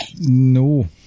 No